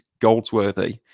Goldsworthy